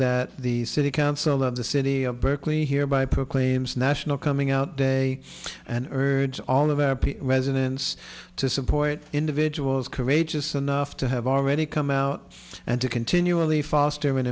that the city council of the city of berkeley here by proclaims national coming out day and urge all of our residents to support individuals courageous enough to have already come out and to continually foster